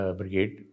brigade